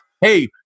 hey